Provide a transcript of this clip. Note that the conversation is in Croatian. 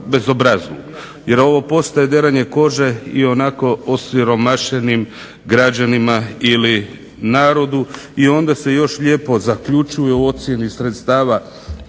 jer ovo postaje deranje kože ionako osiromašenim građanima ili narodu. I onda se još lijepo zaključuje u ocjeni sredstava